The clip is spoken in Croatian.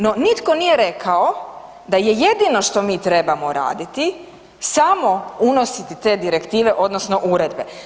No, nitko nije rekao da je jedino što mi trebamo raditi samo unositi te direktive, odnosno uredbe.